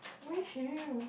wear heel